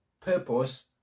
purpose